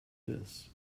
this